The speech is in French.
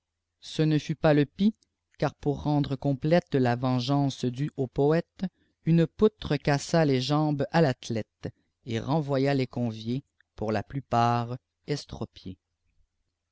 ce ne fat pas lé pis car pour renàté complète la teàgeance doe afu poète une poutre cassa les jambes k famète et renvoya les conviés j pour la pïupart estropiés